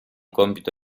compito